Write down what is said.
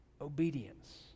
obedience